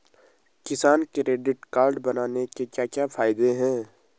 किसान credit card बनाने के क्या क्या फायदे हैं?